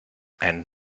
and